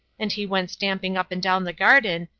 and he went stamping up and down the garden,